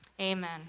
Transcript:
Amen